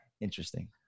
interesting